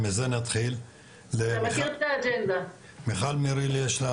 מיכל מריל יש לה